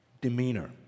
demeanor